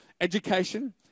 education